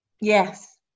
Yes